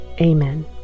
amen